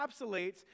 encapsulates